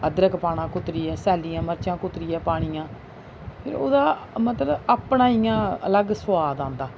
अदरक पाना कुतरियै सैलियां मर्चां कुतरियै पानियां फ्ही ओह्दा मतलब अपना इ'यां अलग सोआद आंदा